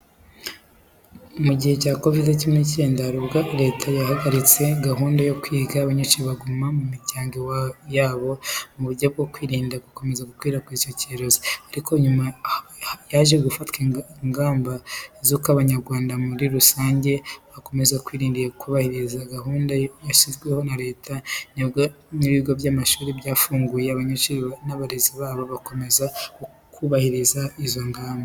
Mu gihe cya kovide cumi n'icyenda, hari ubwo Leta yahagaritse gahunda yo kwiga abanyeshuri baguma mu miryango yabo mu buryo bwo kwirinda gukomeza gukwirakwiza icyo cyorezo. Ariko nyuma yaho haje gufatwa ingamba z'uko Abanyarwanda muri rusange bakomeza kwirinda hubahirizwa gahunda zashyizweho na Leta, nibwo n'ibigo by'amashuri byafunguye abanyeshuri n'abarezi babo bakomeza na bo kubahiriza izo ngamba.